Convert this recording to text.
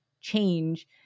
change